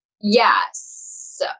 yes